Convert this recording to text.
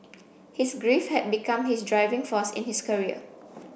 his grief had become his driving force in his career